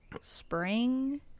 spring